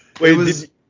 Wait